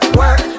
work